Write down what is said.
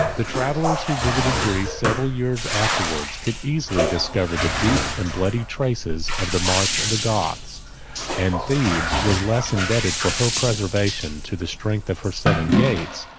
the travellers, who visited greece several years afterwards, could easily discover the deep and bloody traces of the march of the goths and thebes was less indebted for her preservation to the strength of her seven gates,